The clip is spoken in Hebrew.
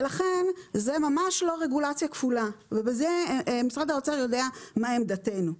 ולכן זו ממש לא רגולציה כפולה ובזה משרד האוצר יודע מה עמדתנו.